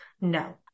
No